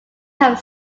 have